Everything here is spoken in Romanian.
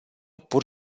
pur